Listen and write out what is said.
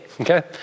Okay